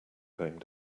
going